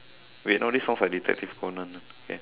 wait no this sounds like detective Conan